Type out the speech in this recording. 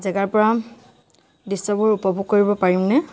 জেগাৰ পৰা দৃশ্যবোৰ উপভোগ কৰিব পাৰিমনে